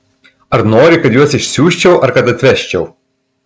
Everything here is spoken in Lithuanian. ar nori kad juos išsiųsčiau ar kad atvežčiau